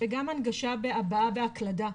וגם הנגשה בהבעה בהקלדה,